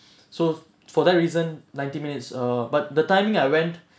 so for that reason nineteen minutes uh but the timing I went